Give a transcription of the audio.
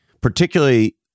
particularly